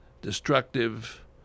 destructive